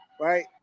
right